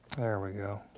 there we go.